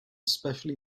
specially